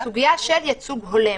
בסוגיה של ייצוג הולם.